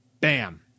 bam